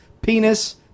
penis